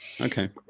okay